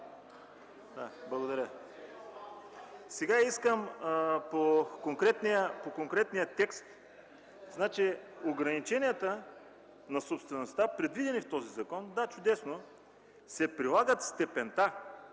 Благодаря. По конкретния текст. Ограниченията на собствеността предвидени в този закон – да, чудесно – се прилагат в степента,